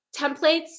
templates